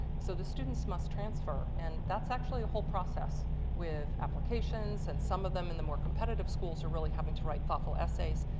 so the students must transfer and that's actually a whole process with applications and some of them in the more competitive schools are really having to write thoughtful essays.